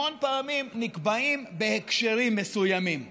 המון פעמים נקבעים בהקשרים מסוימים.